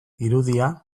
irudia